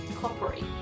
coppery